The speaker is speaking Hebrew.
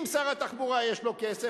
אם לשר התחבורה יש כסף,